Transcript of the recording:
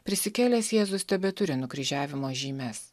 prisikėlęs jėzus tebeturi nukryžiavimo žymes